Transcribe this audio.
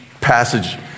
passage